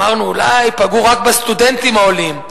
אמרנו: אולי פגעו רק בסטודנטים העולים,